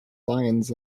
lions